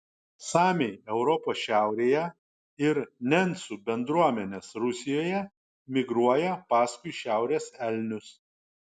samiai europos šiaurėje ir nencų bendruomenės rusijoje migruoja paskui šiaurės elnius